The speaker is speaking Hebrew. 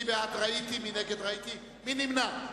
מי בעד ראיתי, מי נגד ראיתי, מי נמנע?